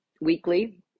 weekly